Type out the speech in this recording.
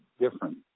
different